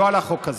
לא על החוק הזה.